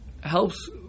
helps